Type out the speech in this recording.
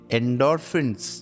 endorphins